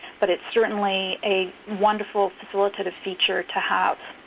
but it's certainly a wonderful facilitative feature to have.